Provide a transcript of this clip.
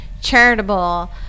Charitable